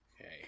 Okay